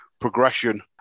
progression